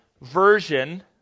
version